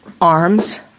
arms